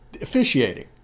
officiating